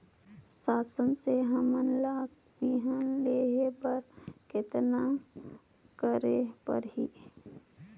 शासन से हमन ला बिहान लेहे बर कतना करे परही?